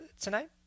tonight